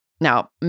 Now